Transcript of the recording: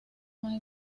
más